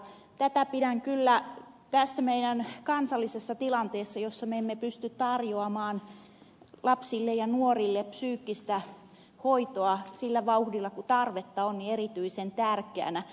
tätä pidän kyllä tässä meidän kansallisessa tilanteessamme jossa me emme pysty tarjoamaan lapsille ja nuorille psyykkistä hoitoa sillä vauhdilla kuin tarvetta on erityisen tärkeänä